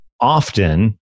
often